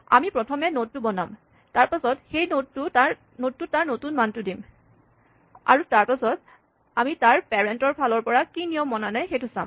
আমি প্ৰথমে নড টো বনাম তাৰপাচত সেই নড টোত তাৰ নতুন মানটো দিম আৰু তাৰপাচত আমি তাৰ পেৰেন্ট ৰ ফালৰ পৰা কি নিয়ম মনা নাই সেইটো চাম